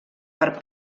per